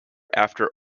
after